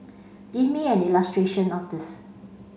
give me an illustration of this